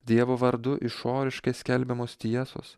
dievo vardu išoriškai skelbiamos tiesos